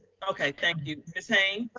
okay. thank you, ms. haynes.